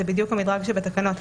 זה בדיוק המדרג שבתקנות.